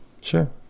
Sure